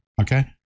Okay